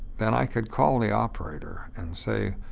then i could call the operator and say,